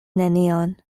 nenion